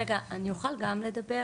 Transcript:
רגע, אני אוכל גם לדבר?